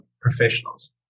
professionals